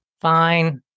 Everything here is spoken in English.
Fine